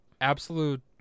absolute